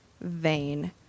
vein